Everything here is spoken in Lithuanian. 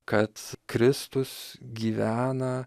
kad kristus gyvena